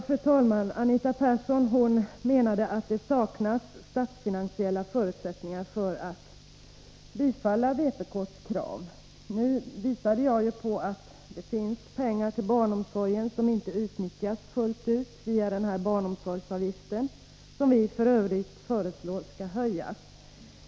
Fru talman! Anita Persson menade att det saknas statsfinansiella förutsättningar för att bifalla vpk:s krav. Jag har visat på att det finns pengar till barnomsorgen som inte utnyttjas fullt ut, via denna barnomsorgsavgift, som vi f. ö. föreslår skall höjas.